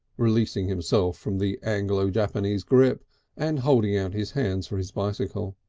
releasing himself from the anglo-japanese grip and holding out his hands for his bicycle.